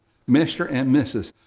mr. and mrs,